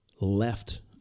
left